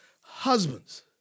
Husbands